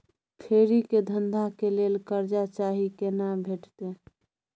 फेरी के धंधा के लेल कर्जा चाही केना भेटतै?